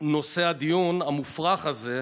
נושא הדיון המופרך הזה,